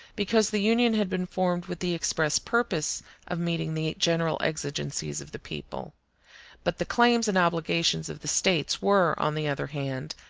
because the union had been formed with the express purpose of meeting the general exigencies of the people but the claims and obligations of the states were, on the other hand,